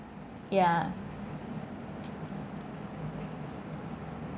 ya